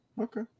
Okay